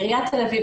בעיריית תל אביב,